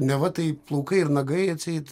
neva taip plaukai ir nagai atseit